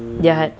jahat